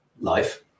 life